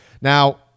Now